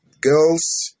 girls